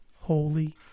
holy